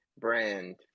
Brand